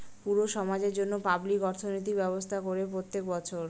পুরো সমাজের জন্য পাবলিক অর্থনৈতিক ব্যবস্থা করে প্রত্যেক বছর